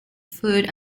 food